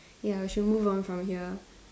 ya we should move on from here